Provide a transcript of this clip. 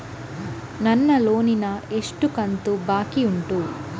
ನನ್ನ ಲೋನಿನ ಎಷ್ಟು ಕಂತು ಬಾಕಿ ಉಂಟು?